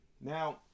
Now